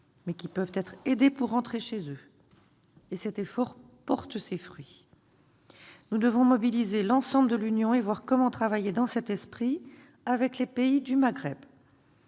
mais qui peuvent être aidés pour rentrer chez eux. Cet effort porte ses fruits. Nous devons mobiliser l'ensemble de l'Union et voir comment travailler dans cet esprit avec les pays du Maghreb.